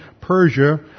Persia